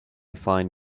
find